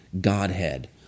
Godhead